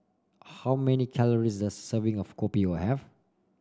how many calories does a serving of Kopi O have